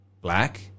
black